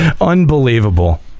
Unbelievable